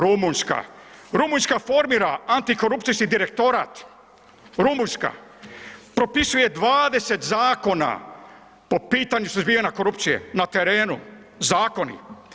Rumunjska, Rumunjska formira antikorupcijski direktorat, Rumunjska propisuje 20 zakona po pitanju suzbijanja korupcije na terenu, zakoni.